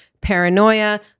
paranoia